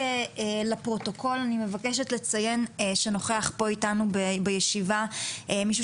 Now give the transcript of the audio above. לפרוטוקול אני מבקשת לציין שנוכח פה איתנו בישיבה מישהו